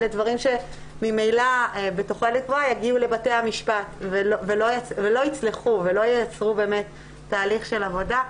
אלה דברים שממילא יגיעו לבתי המשפט ואל יצלחו ולא ייצרו תהליך של עבודה.